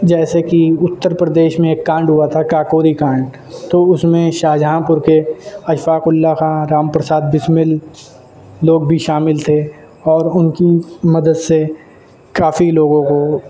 جیسے کہ اتر پریش میں کانڈ ہوا تھا کاکوری کانڈ تو اس میں شاہ جہاں پر کے اشفاق اللہ خاں رام پرساد بسمل لوگ بھی شامل تھے اور ان کی مدد سے کافی لوگوں کو